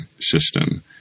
system